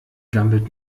gammelt